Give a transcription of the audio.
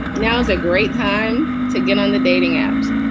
now's a great time to get on the dating apps.